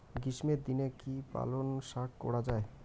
গ্রীষ্মের দিনে কি পালন শাখ করা য়ায়?